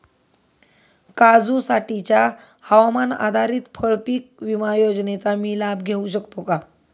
काजूसाठीच्या हवामान आधारित फळपीक विमा योजनेचा मी लाभ घेऊ शकतो का?